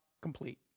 complete